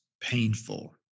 painful